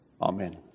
Amen